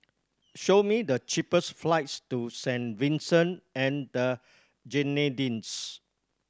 show me the cheapest flights to Saint Vincent and the Grenadines